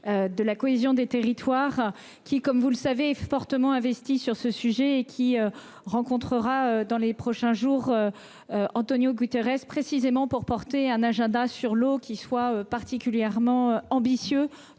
de la cohésion des territoires, qui, comme vous le savez, est fortement investi sur ce sujet et qui rencontrera dans les prochains jours António Guterres pour fixer un agenda sur l'eau qui soit particulièrement ambitieux,